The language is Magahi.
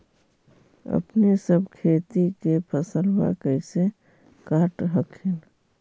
अपने सब खेती के फसलबा कैसे काट हखिन?